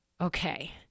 Okay